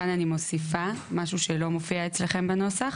כאן אני מוסיפה משהו שלא מופיע אצלכם בנוסח.